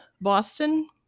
Boston